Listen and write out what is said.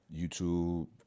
YouTube